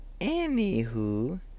anywho